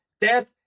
death